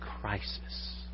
crisis